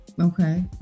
Okay